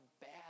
bad